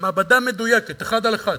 מעבדה מדויקת, אחד על אחד,